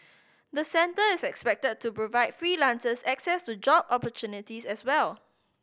the centre is expected to provide freelancers access to job opportunities as well